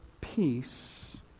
peace